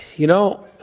you know,